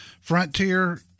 Frontier